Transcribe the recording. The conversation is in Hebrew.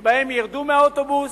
שבהן ירדו מהאוטובוס,